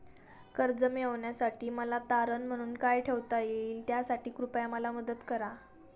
कर्ज मिळविण्यासाठी मला तारण म्हणून काय ठेवता येईल त्यासाठी कृपया मला मदत करा